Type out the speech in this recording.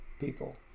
people